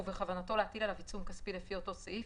ובכוונתו להטיל עליו עיצום כספי לפי אותו סעיף,